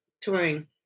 touring